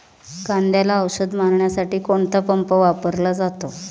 कांद्याला औषध मारण्यासाठी कोणता पंप वापरला जातो?